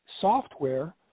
software